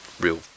real